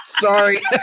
sorry